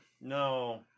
No